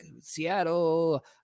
Seattle